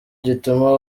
gituma